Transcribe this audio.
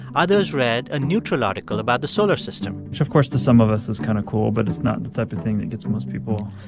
others read a neutral article about the solar system which, of course, to some of us is kind of cool, but it's not the type of thing that gets most people,